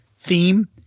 theme